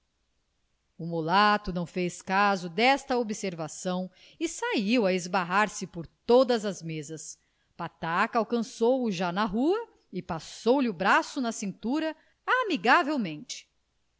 o mulato não fez caso desta observação e saiu a esbarrar se por todas as mesas pataca alcançou-o já na rua e passou-lhe o braço na cintura amigavelmente